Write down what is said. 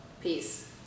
Peace